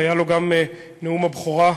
היה לו גם נאום הבכורה,